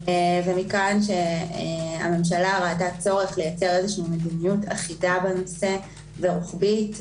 מכאן שהממשלה ראתה צורך לייצר מדיניות אחידה בנושא ורוחבית.